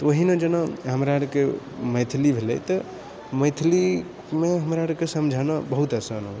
तऽ ओहिना जेना हमरा आरके मैथिली भेलै तऽ मैथिलीमे हमरा आरके समझाना बहुत आसान होइ छै